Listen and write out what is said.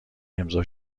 امضا